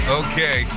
okay